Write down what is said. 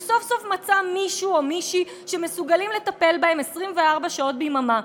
והוא סוף-סוף מצא מישהו או מישהי שמסוגלים לטפל בו 24 שעות ביממה?